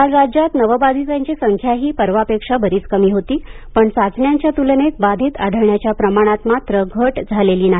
काल राज्यात नवबाधितांची संख्याही परवापेक्षा बरीच कमी होती पण चाचण्यांच्या तुलनेत बाधित आढळण्याच्या प्रमाणात मात्र घट झालेली नाही